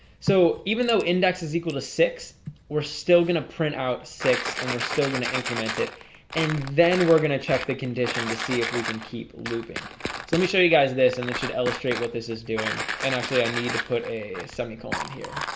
so even though index is equal to six we're still gonna print out six and we're still going to increment it and then we're gonna check the condition to see if we can keep looping so let me show you guys this and this should illustrate what this is doing. and actually i need to put a semicolon here